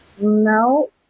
No